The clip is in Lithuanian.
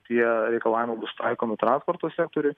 tie reikalavimai bus taikomi transporto sektoriui